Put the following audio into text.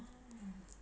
oh